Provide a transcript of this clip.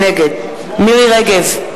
נגד מירי רגב,